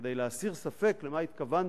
כדי להסיר ספק למה התכוונתי,